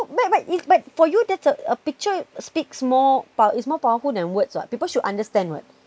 but but if but for you that's a a picture speaks more po~ is more powerful than words [what] people should understand [what]